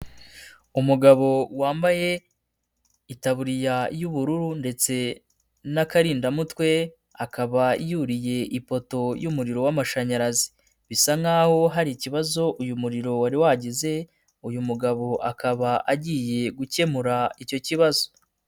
Umugabo wambaye itaburiya y'ubururu ndetse n'akarindamutwe, akaba yuriye ipoto y'umuriro w'amashanyarazi, bisa nkaho hari ikibazo uyu muriro wari wagize, uyu mugabo akaba agiye gukemura icyo kibazo.